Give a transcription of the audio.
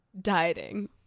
Dieting